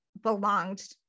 belonged